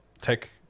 tech